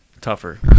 tougher